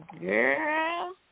Girl